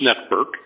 Network